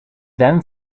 then